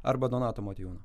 arba donato motiejūno